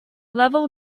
level